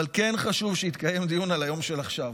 אבל כן חשוב שיתקיים דיון על היום של עכשיו.